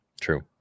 True